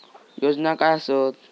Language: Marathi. योजना काय आसत?